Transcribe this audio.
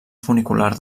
funicular